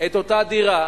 את אותה דירה